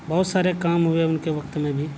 بہت سارے کام ہوئے ان کے وقت میں بھی